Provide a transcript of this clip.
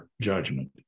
judgment